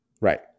Right